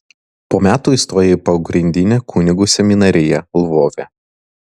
po metų įstojo į pogrindinę kunigų seminariją lvove